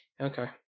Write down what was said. Okay